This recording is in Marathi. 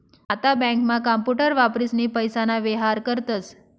आता बँकांमा कांपूटर वापरीसनी पैसाना व्येहार करतस